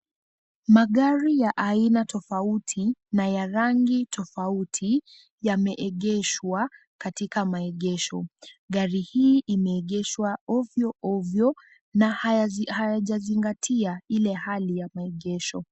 Magari ya aina tofauti na ya rangi tofauti yameegeshwa katika maegesho. Gari hii imeegeshwa ovyo ovyo na hayajazingatia ile hali ya maegesho.